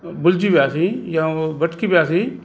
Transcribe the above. भुलजी वियासीं या उहो भटकी वियासीं